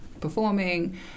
performing